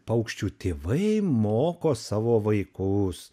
paukščių tėvai moko savo vaikus